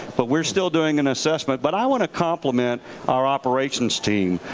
but we're still doing an assessment. but i want to compliment our operations team.